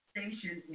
Station